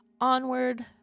onward